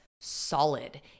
solid